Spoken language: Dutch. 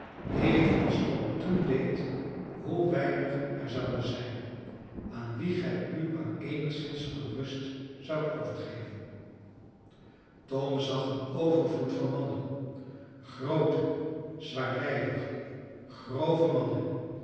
tom toen deed hoe weinig er zouden zijn aan wie gij u maar eenigszins gerust zoudt overgeven tom zag een overvloed van mannen groote zwaarlijvige grove mannen kleine